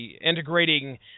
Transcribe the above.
integrating